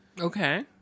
Okay